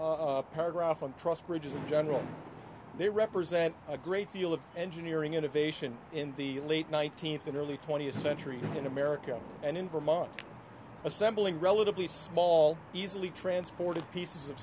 paragraph on trust bridges in general they represent a great deal of engineering innovation in the late nineteenth and early twentieth century in america and in vermont assembling relatively small easily transported pieces of